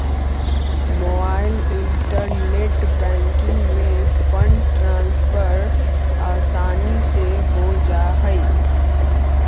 mobile internet banking से fund transfer आसानी से हो जा हइ